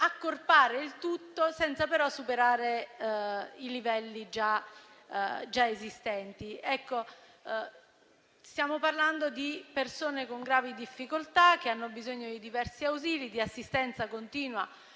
accorpare il tutto senza però superare i livelli già esistenti. Stiamo parlando di persone con gravi difficoltà, che hanno bisogno di diversi ausili, di assistenza continua